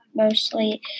mostly